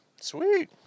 Sweet